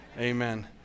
Amen